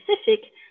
specific